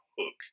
hook